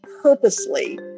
purposely